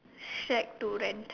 shared to rent